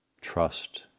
trust